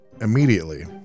immediately